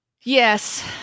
Yes